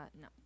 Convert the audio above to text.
no